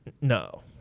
No